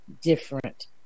different